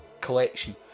collection